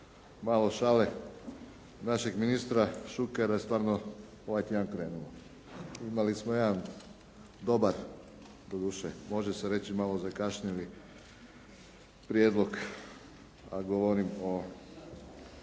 malo šale. Našeg ministra Šukera je stvarno ovaj tjedan krenulo. Imali smo jedan dobar, doduše može se reći malo zakašnjeli prijedlog a govorim o